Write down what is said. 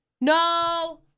No